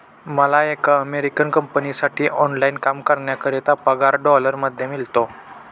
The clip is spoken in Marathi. मला एका अमेरिकन कंपनीसाठी ऑनलाइन काम करण्याकरिता पगार डॉलर मध्ये मिळतो